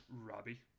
Robbie